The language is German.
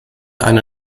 eine